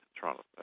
Toronto